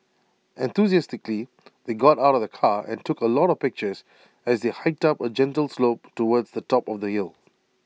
enthusiastically they got out of the car and took A lot of pictures as they hiked up A gentle slope towards the top of the hill